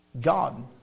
God